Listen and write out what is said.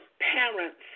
parents